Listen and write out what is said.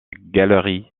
galerie